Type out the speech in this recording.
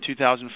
2005